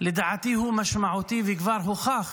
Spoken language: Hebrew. שלדעתי הוא משמעותי, וכבר הוכח